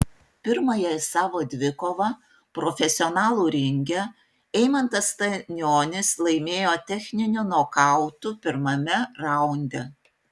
pirmąją savo dvikovą profesionalų ringe eimantas stanionis laimėjo techniniu nokautu pirmame raunde